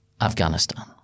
Afghanistan